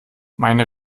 meine